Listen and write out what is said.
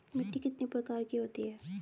मिट्टी कितने प्रकार की होती हैं?